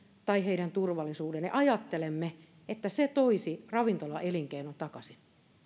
tai heidän turvallisuutensa ja ajattelemme että se toisi ravintolaelinkeinon takaisin